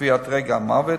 קביעת רגע המוות,